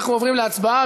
אנחנו עוברים להצבעה,